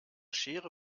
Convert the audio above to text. schere